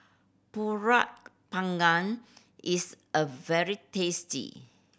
Pulut Panggang is a very tasty